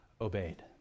obeyed